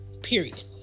period